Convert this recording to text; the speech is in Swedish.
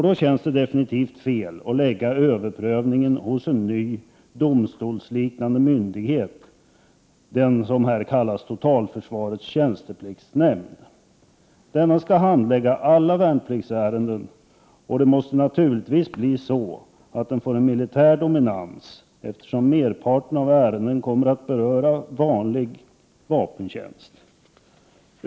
Då känns det definitivt fel att lägga överprövningsförfarandet hos en ny domstolsliknande myndig het, totalförsvarets tjänstepliktsnämnd. Denna skall handlägga alla värn Prot. 1988/89:110 pliktsärenden, och det måste naturligtvis bli så att den får en militär 9 maj 1989 dominans eftersom merparten av ärendena kommer att beröra vanlig vapentjänst.